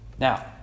Now